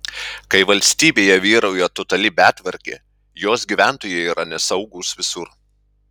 kai valstybėje vyrauja totali betvarkė jos gyventojai yra nesaugūs visur